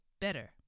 better